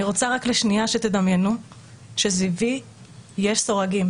אני רוצה רק לשנייה שתדמיינו שסביבי יש סורגים,